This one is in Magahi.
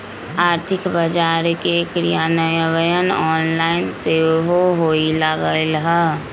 आर्थिक बजार के क्रियान्वयन ऑनलाइन सेहो होय लगलइ ह